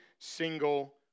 single